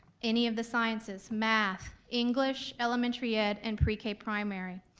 any of the sciences, math, english, elementary ed, and pre-k primary.